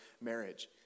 marriage